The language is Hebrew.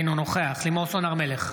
אינו נוכח לימור סון הר מלך,